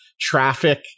traffic –